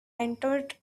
entered